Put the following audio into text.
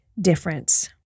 difference